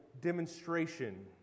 demonstration